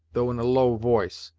though in a low voice,